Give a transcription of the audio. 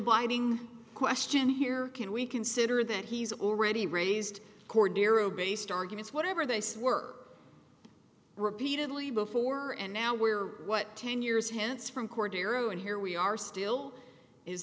binding question here can we consider that he's already raised core nero based arguments whatever they say work repeatedly before and now we're what ten years hence from court darrow and here we are still is